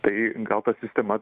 tai gal ta sistema